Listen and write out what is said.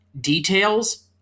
details